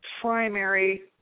primary